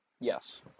Yes